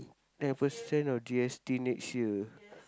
ten percent on G_S_T next year